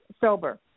sober